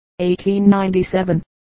1897